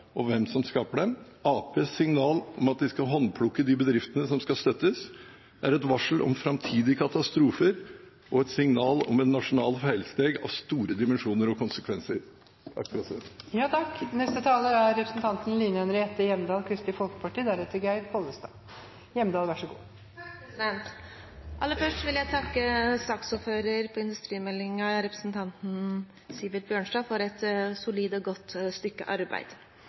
og hvem som skaper dem. Arbeiderpartiets signal om at de skal håndplukke de bedriftene som skal støttes, er et varsel om framtidige katastrofer, og et signal om et nasjonalt feilsteg av store dimensjoner og konsekvenser. Aller først vil jeg takke ordføreren for saken om industrimeldingen, representanten Sivert Bjørnstad, for et solid og godt stykke arbeid.